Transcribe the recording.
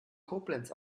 koblenz